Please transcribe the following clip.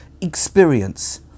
experience